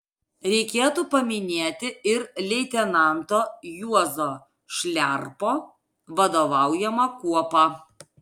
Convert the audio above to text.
reikėtų paminėti ir leitenanto juozo šliarpo vadovaujamą kuopą